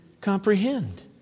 comprehend